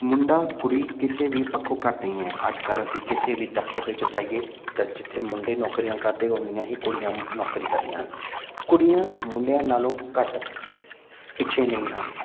ਮੁੰਡਾ ਕੁੜੀ ਕਿਸੇ ਵੀ ਪੱਖੋਂ ਘੱਟ ਨਹੀਂ ਹੈ ਅੱਜ ਕੱਲ੍ਹ ਅਸੀਂ ਕਿਸੇ ਵੀ ਦਫਤਰ ਵਿੱਚ ਜਾਈਏ ਤਾਂ ਜਿੱਥੇ ਮੁੰਡੇ ਨੌਕਰੀਆਂ ਕਰਦੇ ਉਨੀਆਂ ਹੀ ਕੁੜੀਆਂ ਨੌਕਰੀ ਕਰਦੀਆਂ ਹਨ ਕੁੜੀਆਂ ਮੁੰਡਿਆਂ ਨਾਲੋਂ ਘੱਟ ਪਿੱਛੇ ਨਹੀਂ ਹਨ